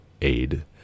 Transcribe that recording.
aid